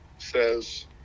Says